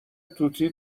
توتی